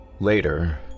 Later